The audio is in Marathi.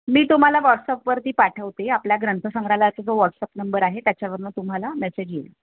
मी तुम्हाला वॉटसअपवरती पाठवते आपल्या ग्रंथसंग्रहालयाचा जो व्हॉट्सअप नंबर आहे त्याच्यावरून तुम्हाला मॅसेज येईल